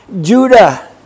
Judah